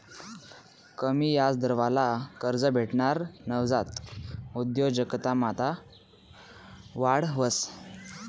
कमी याजदरवाला कर्ज भेटावर नवजात उद्योजकतामा वाढ व्हस